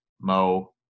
Mo